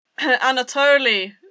Anatoly